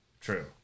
True